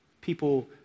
People